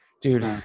Dude